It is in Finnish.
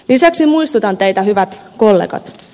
lisäksi muistutan teitä hyvät kollegat